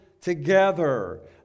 together